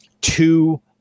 Two